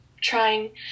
trying